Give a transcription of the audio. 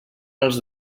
els